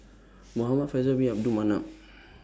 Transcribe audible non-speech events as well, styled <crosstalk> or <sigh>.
<noise> Muhamad Faisal Bin Abdul Manap